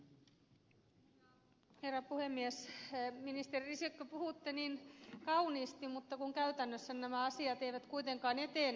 ministeri risikko te puhutte niin kauniisti mutta käytännössä nämä asiat eivät kuitenkaan etene